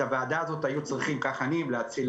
את הוועדה הזאת היו צריכים כך אני המלצתי,